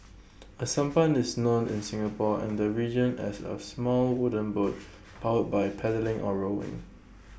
A sampan is known in Singapore and the region as A small wooden boat powered by paddling or rowing